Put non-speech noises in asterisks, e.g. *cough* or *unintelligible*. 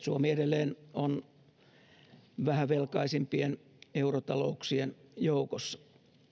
*unintelligible* suomi edelleen on vähävelkaisimpien eurotalouksien joukossa